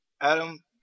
Adam